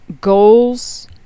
Goals